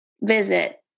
Visit